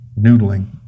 noodling